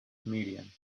chameleon